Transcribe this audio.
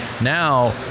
Now